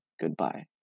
Goodbye